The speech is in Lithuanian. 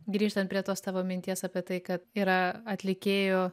grįžtant prie tos tavo minties apie tai kad yra atlikėjų